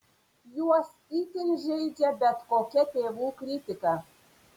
juos itin žeidžia bet kokia tėvų kritika